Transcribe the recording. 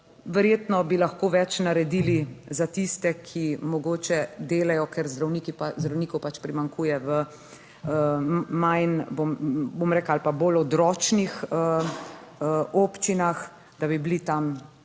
Verjetno bi lahko več naredili za tiste, ki mogoče delajo, ker zdravniki pa, zdravnikov pač primanjkujev manj, bom rekla, ali pa bolj odročnih občinah, da bi bili tam recimo